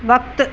वक़्तु